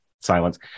silence